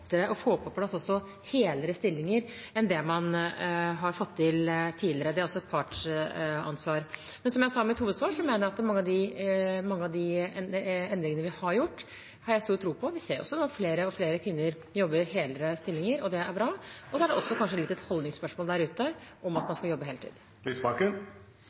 å få på plass helere stillinger enn det man har fått til tidligere. Det er også et partsansvar. Men som jeg sa i mitt hovedsvar: Mange av de endringene vi har gjort, har jeg stor tro på. Vi ser også at flere og flere kvinner jobber helere stillinger, og det er bra. Så er det også kanskje litt et holdningsspørsmål der ute om at man skal jobbe heltid.